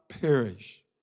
perish